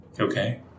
Okay